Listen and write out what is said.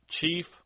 chief